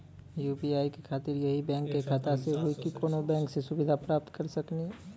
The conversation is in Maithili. यु.पी.आई के खातिर यही बैंक के खाता से हुई की कोनो बैंक से सुविधा प्राप्त करऽ सकनी?